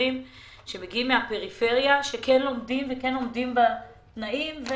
צעירים שמגיעים מהפריפריה וכן עומדים בתנאים.